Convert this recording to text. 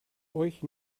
euch